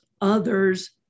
others